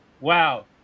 wow